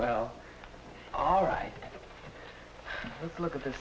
well all right let's look at the